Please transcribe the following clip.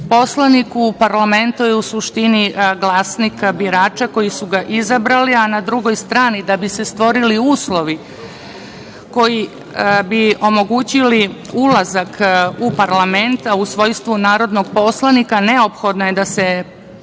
Poslanik u parlamentu je u suštini glasnika birača koji su ga izabrali, a na drugoj strani, da bi se stvorili uslovi koji bi omogućili ulazak u parlament u svojstvu narodnog poslanika, neophodno je da se pređe